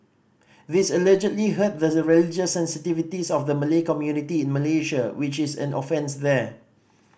this allegedly hurt the religious sensitivities of the Malay community in Malaysia which is an offence there